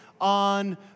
on